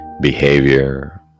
behavior